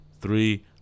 three